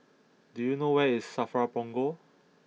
do you know where is Safra Punggol